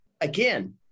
Again